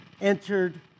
entered